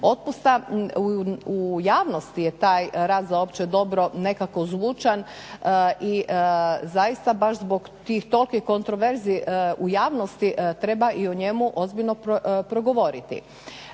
otpusta. U javnosti je taj rad za opće dobro nekako zvučan i zaista baš zbog tih, tolikih kontroverzi u javnosti treba i o njemu ozbiljno progovoriti.